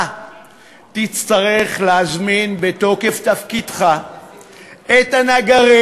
אתה תצטרך להזמין בתוקף תפקידך את הנגרים